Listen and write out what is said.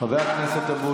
חבר הכנסת אבוטבול.